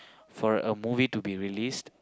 for a movie to be released